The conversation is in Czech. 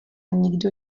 nikdo